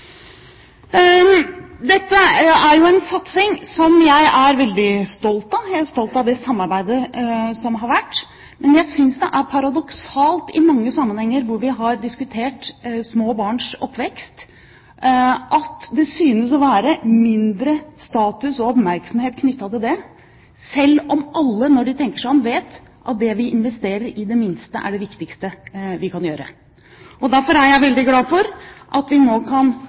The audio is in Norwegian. Dette er en satsing som jeg er veldig stolt av, jeg er stolt av det samarbeidet som har vært. Men jeg synes det er paradoksalt at det i mange sammenhenger hvor vi har diskutert små barns oppvekst, synes å være mindre status og oppmerksomhet knyttet til det, selv om alle, når de tenker seg om, vet at det vi investerer i de minste, er det viktigste vi kan gjøre. Derfor er jeg veldig glad for at vi nå kan